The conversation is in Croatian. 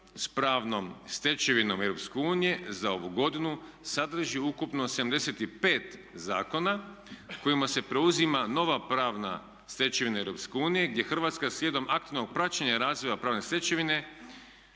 sa pravnom stečevinom Europske unije za ovu godinu sadrži ukupno 75 zakona kojima se preuzima nova pravna stečevina Europske unije gdje Hrvatska slijedom aktivnog praćenja razvoja pravne stečevine